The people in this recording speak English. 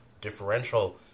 Differential